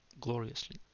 gloriously